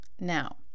Now